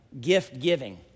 gift-giving